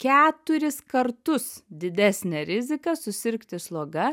keturis kartus didesnę riziką susirgti sloga